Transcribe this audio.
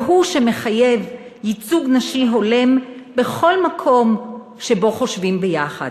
והוא שמחייב ייצוג נשי הולם בכל מקום שבו חושבים יחד.